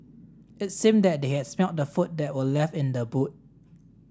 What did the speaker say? it seemed that they had smelt the food that were left in the boot